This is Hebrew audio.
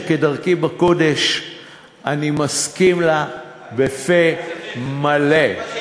שכדרכי בקודש אני מסכים לה בפה מלא.